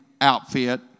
outfit